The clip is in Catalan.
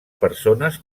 persones